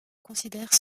considère